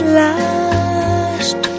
last